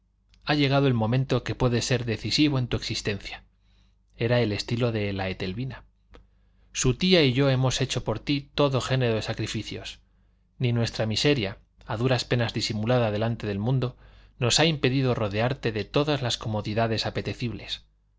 ha llegado un momento que puede ser decisivo en tu existencia era el estilo de la etelvina tu tía y yo hemos hecho por ti todo género de sacrificios ni nuestra miseria a duras penas disimulada delante del mundo nos ha impedido rodearte de todas las comodidades apetecibles